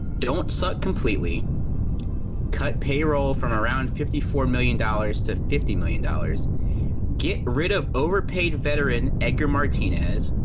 don't suck completely cut payroll from around fifty four million dollars to fifty million dollars get rid of overpaid veteran, edgar martinez.